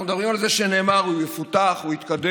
אנחנו מדברים על זה שנאמר שהוא יפותח, שהוא יתקדם,